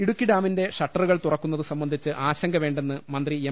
ഇടുക്കി ഡാമിന്റെ ഷട്ടറുകൾ തുറക്കുന്നത് സംബന്ധിച്ച് ആശ ങ്കവേണ്ടെന്ന് മന്ത്രി എം